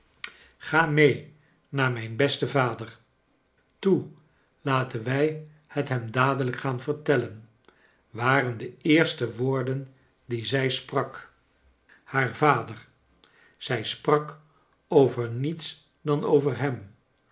ga mee naar mijn besten vader toe laten wij het hem dadelijk gaan vertellen waren de eerste woorden die zij sprak haar vader zij sprak over niets dan over hem